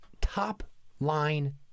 top-line